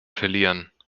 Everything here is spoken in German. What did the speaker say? verlieren